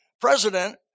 president